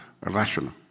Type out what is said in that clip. rational